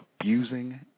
abusing